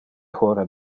hora